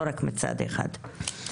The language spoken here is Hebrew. לא רק מצד אחד.